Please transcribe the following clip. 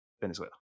Venezuela